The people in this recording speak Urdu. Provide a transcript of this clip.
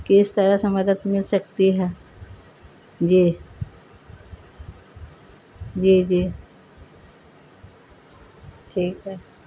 کس طرح سے مدد مل سکتی ہے جی جی جی ٹھیک ہے